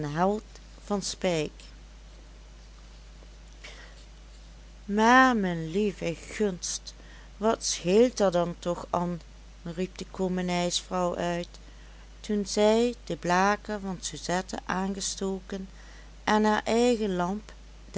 van speyk maar me lieve gunst wat scheelt er dan toch an riep de koomenijsvrouw uit toen zij den blaker van suzette aangestoken en haar eigen lamp